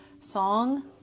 song